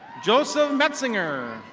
josem metzinger.